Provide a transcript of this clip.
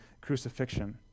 crucifixion